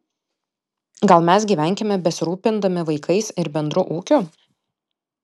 gal mes gyvenkime besirūpindami vaikais ir bendru ūkiu